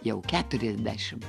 jau keturiasdešim